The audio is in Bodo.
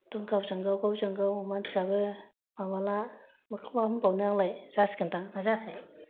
एगदम गावजों गाव गावजों गाव मानसियाबो माबाला माखौ मा होनबावनो आंलाय जासिगोन दां ना जायाखै